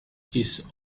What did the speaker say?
his